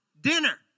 dinner